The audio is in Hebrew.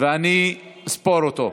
ואני אספור אותו.